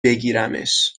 بگیرمش